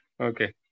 Okay